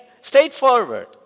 straightforward